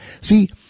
See